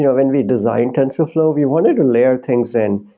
when we designed tensorflow, we wanted to layer things in.